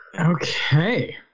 Okay